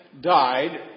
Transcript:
died